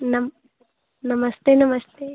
नम नमस्ते नमस्ते